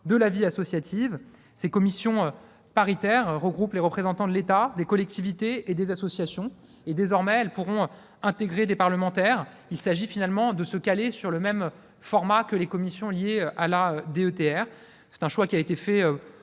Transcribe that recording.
de la vie associative. Ces commissions paritaires regroupent les représentants de l'État, des collectivités et des associations ; désormais, elles pourront intégrer des parlementaires. Il s'agit en définitive de se caler sur le même format que celui des commissions relatives à la dotation d'équipement